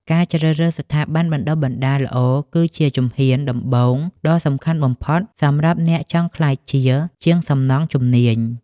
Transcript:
ការជ្រើសរើសស្ថាប័នបណ្តុះបណ្តាលល្អគឺជាជំហានដំបូងដ៏សំខាន់បំផុតសម្រាប់អ្នកចង់ក្លាយជាជាងសំណង់ជំនាញ។